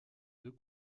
deux